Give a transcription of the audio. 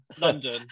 London